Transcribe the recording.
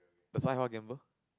does Cai Hua gamble